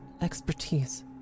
Expertise